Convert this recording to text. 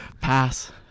Pass